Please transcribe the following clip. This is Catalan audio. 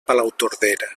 palautordera